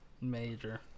Major